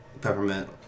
peppermint